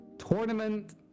tournament